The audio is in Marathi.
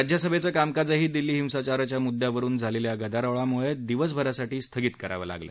राज्यसभेचं कामकाजही दिल्ली हिसाचाराच्या मुद्यावरून झालेल्या गदारोळामुळे दिवसभरासाठी स्थगित करावं लागलं